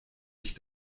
ich